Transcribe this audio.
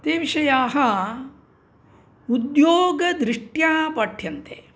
ते विषयाः उद्योगदृष्ट्या पाठ्यन्ते